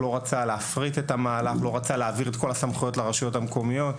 לא רצה להפריט את המהלך ולהעביר את כל הסמכויות לרשויות המקומיות.